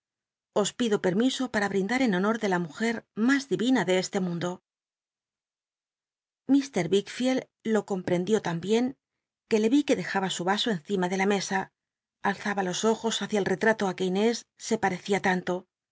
os pido permiso para brindar en honor de la mujer mas divina de este mundo mt wicldleld lo comprendió tan bien que le vi que dejaba su aso encima de la mesa alzaba los ojos hácia el retrato á qu e inés se j xii'ecia tanto